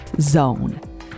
.zone